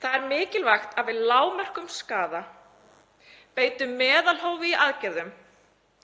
Það er mikilvægt að við lágmörkum skaða, beitum meðalhófi í aðgerðum